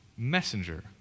Messenger